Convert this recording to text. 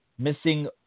Missing